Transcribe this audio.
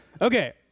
Okay